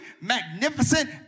magnificent